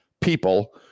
people